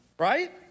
right